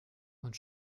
und